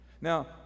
Now